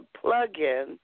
plug-in